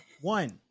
One